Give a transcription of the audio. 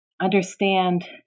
understand